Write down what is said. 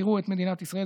ויחקרו את מדינת ישראל,